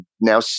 now